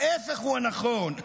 ההפך הוא הנכון.